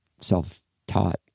self-taught